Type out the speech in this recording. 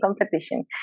competition